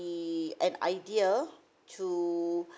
an idea to